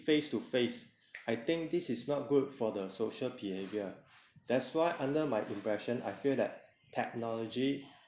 face to face I think this is not good for the social behavior that's why under my impression I fear that technology